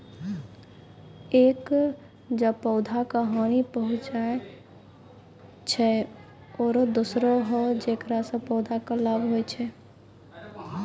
एक जे पौधा का हानि पहुँचाय छै आरो दोसरो हौ जेकरा सॅ पौधा कॅ लाभ होय छै